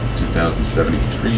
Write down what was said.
2073